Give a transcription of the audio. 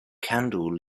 candle